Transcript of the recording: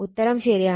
ഉത്തരം ശരിയാണ്